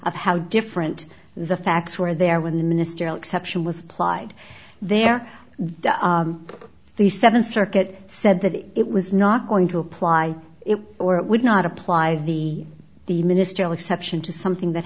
of how different the facts were there when the ministerial exception was applied there that the seventh circuit said that it was not going to apply it or it would not apply the the ministerial exception to something that